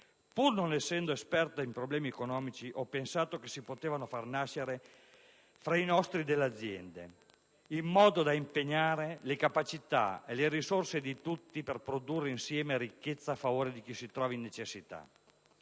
«Pur non essendo esperta in problemi economici, ho pensato che si potevano far nascere fra i nostri delle aziende, in modo da impegnare le capacità e le risorse di tutti per produrre insieme ricchezza a favore di chi si trova in necessità.